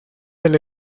del